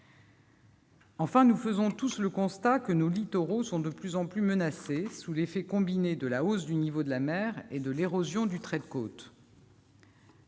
Enfin, nous en faisons tous le constat, nos littoraux sont de plus en plus menacés, sous l'effet combiné de la hausse du niveau de la mer et de l'érosion du trait de côte.